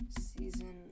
season